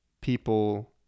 people